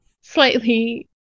slightly